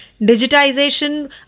digitization